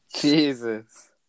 jesus